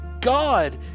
God